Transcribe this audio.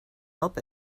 help